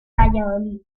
valladolid